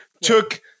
took